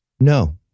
no